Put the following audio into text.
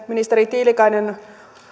ministeri tiilikainen toimitte